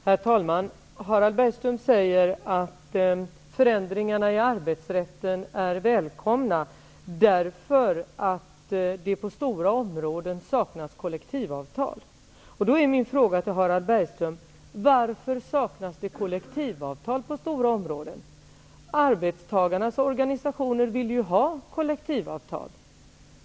Herr talman! Harald Bergström säger att förändringarna i arbetsrätten är välkomna därför att det på stora områden saknas kollektivavtal. Då är min fråga till Harald Bergström: Varför saknas det kollektivavtal på stora områden? Arbetstagarnas organisationer vill ju ha kollektivavtal.